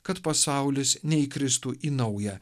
kad pasaulis neįkristų į naują